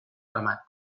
ramat